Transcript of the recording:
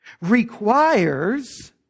requires